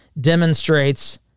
demonstrates